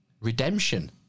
Redemption